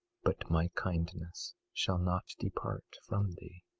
but my kindness shall not depart from thee,